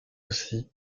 aussi